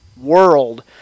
world